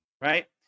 right